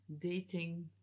dating